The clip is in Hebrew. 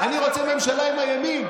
אני רוצה ממשלה עם הימין.